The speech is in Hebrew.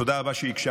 תודה רבה שהקשבתם.